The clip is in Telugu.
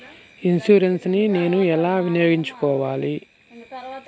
ఇన్సూరెన్సు ని నేను ఎలా వినియోగించుకోవాలి?